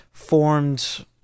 formed